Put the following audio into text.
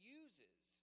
uses